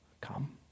come